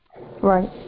Right